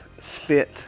spit